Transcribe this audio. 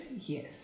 Yes